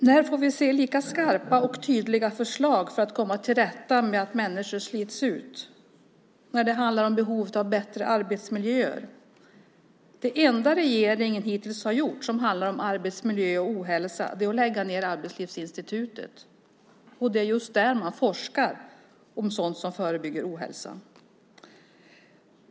När får vi se lika skarpa och tydliga förslag för att komma till rätta med att människor slits ut när det handlar om behovet av bättre arbetsmiljöer? Det enda regeringen hittills har gjort som handlar om arbetsmiljö och ohälsa är nedläggningen av Arbetslivsinstitutet. Men det är ju just där man forskar kring sådant som förebygger ohälsa.